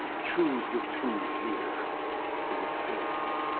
choose the two here who would save you.